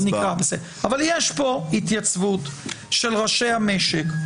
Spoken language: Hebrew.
אבל יש פה התייצבות של ראשי המשק,